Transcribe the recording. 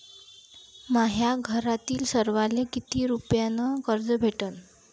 माह्या घरातील सर्वाले किती रुप्यान कर्ज भेटन?